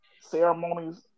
ceremonies